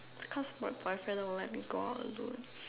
because my boyfriend don't let me go out alone